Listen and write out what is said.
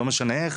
לא משנה איך,